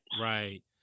Right